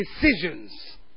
decisions